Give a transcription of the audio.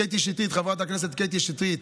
קטי שטרית,